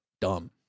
dumb